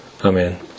Amen